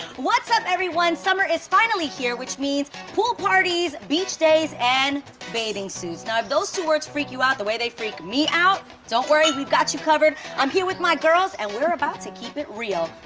what's up everyone? summer is finally here, which means pool parties, beach days, and bathing suits. now if those two words freak you out, the way they freak me out, don't worry we've got you covered. i'm here with my girls and we're about to keep it real.